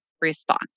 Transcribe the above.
response